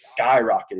skyrocketed